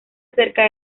acerca